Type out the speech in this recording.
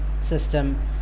system